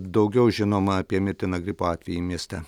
daugiau žinoma apie mirtiną gripo atvejį mieste